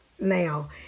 now